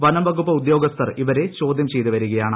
വനംവകുപ്പ് ഉദ്യോഗസ്ഥർ ഇവരെ ചോദ്യം ചെയ്ത് വരികയാണ്